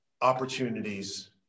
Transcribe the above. opportunities